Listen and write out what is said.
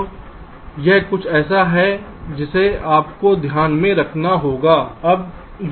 तो यह कुछ ऐसा है जिसे आपको ध्यान में रखना है ठीक है